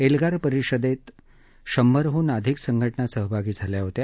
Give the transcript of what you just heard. एल्गार परिषदेत शंभरहून अधिक संघटना सहभागी झाल्या होत्या